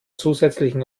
zusätzlichen